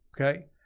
Okay